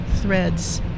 threads